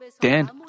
Dan